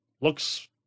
looks